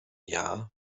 jahr